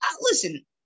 Listen